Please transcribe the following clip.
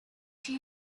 she